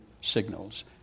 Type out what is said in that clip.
signals